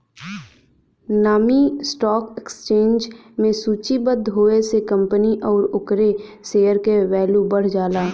नामी stock exchange में सूचीबद्ध होये से कंपनी आउर ओकरे शेयर क वैल्यू बढ़ जाला